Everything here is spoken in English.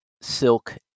silk